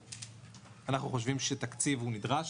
אנחנו חושבים שתקציב הוא נדרש,